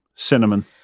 Cinnamon